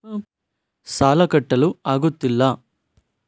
ಸಾಲ ಕಟ್ಟಲು ಆಗುತ್ತಿಲ್ಲ